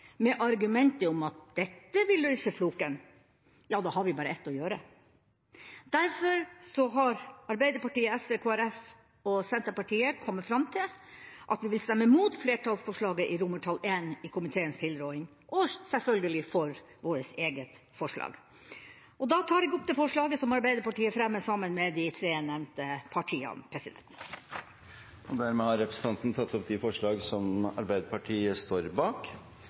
med argumentet om at dette vil løse floken, ja, da har vi bare ett å gjøre. Derfor har Arbeiderpartiet, SV, Kristelig Folkeparti og Senterpartiet kommet fram til at vi vil stemme imot flertallsforslaget i I i komiteens tilråding – og selvfølgelig for vårt eget forslag. Da tar jeg opp det forslaget som Arbeiderpartiet har fremmet sammen med de tre nevnte partiene. Representanten Tove Karoline Knutsen har tatt opp